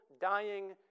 dying